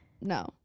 No